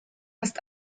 ist